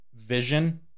vision